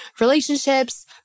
relationships